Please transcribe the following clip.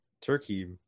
Turkey